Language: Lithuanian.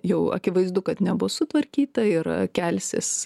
jau akivaizdu kad nebus sutvarkyta ir kelsis